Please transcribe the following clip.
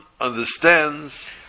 understands